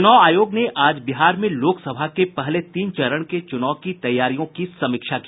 चुनाव आयोग ने आज बिहार में लोकसभा के पहले तीन चरण के चुनाव की तैयारियों की समीक्षा की